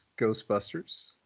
Ghostbusters